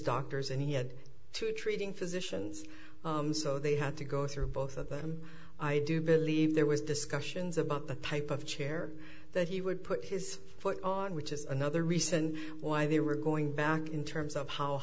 doctors and he had to treating physicians so they had to go through both of them i do believe there was discussions about the type of chair that he would put his foot on which is another reason why they were going back in terms of how